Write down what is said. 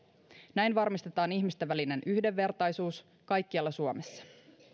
näin varmistetaan ihmisten välinen yhdenvertaisuus kaikkialla suomessa